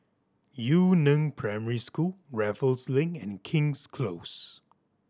Yu Neng Primary School Raffles Link and King's Close